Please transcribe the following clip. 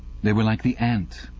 they were like the ant,